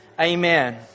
Amen